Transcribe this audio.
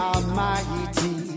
Almighty